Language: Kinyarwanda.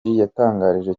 yatangarije